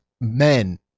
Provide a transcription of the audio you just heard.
men